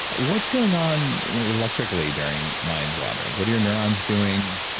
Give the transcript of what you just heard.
what's going on electrically during mind-wandering? what are your neurons doing?